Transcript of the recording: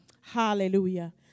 Hallelujah